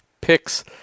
picks